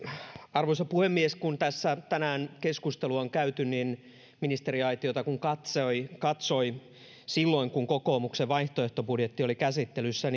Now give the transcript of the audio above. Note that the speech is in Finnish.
arvoisa puhemies kun tässä tänään keskustelua on käyty niin ministeriaitiota kun katsoi silloin kun kokoomuksen vaihtoehtobudjetti oli käsittelyssä